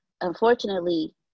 Unfortunately